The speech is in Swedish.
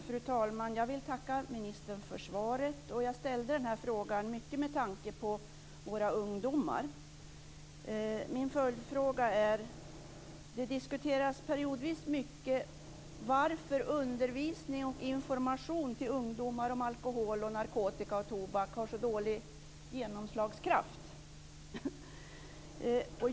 Fru talman! Jag vill tacka ministern för svaret. Jag ställde frågan mycket med tanke på våra ungdomar. Det diskuteras periodvis mycket varför undervisning och information till ungdomar om alkohol, narkotika och tobak har så dålig genomslagskraft.